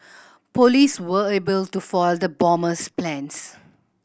police were able to foil the bomber's plans